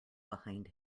behind